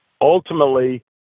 ultimately